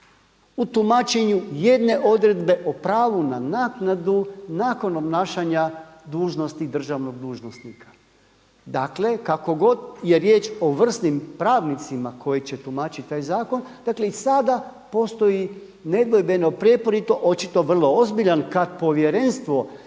u tumačenju jedne odredbe o pravu na naknadu nakon obnašanja dužnosti državnog dužnosnika. Dakle, kako god je riječ o vrsnim pravnicima koji će tumačiti taj zakon, dakle i sada postoji nedvojbeno prijeporito očito vrlo ozbiljan kada Povjerenstvo